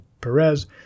Perez